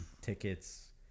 tickets